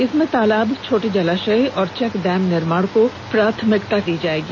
इसमें तालाब छोटे जलाशय और चेक डैम निर्माण को प्राथमिकता दी जाएगी